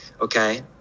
okay